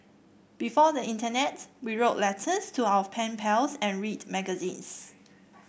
before the internet we wrote letters to our pen pals and read magazines